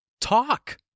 talk